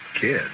Kid